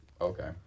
Okay